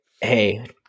hey